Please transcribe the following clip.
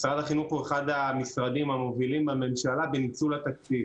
משרד החינוך הוא אחד המשרדים המובילים בממשלה בניצול התקציב.